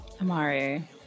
Amari